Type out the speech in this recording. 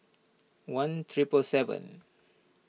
one triple seven